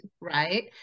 right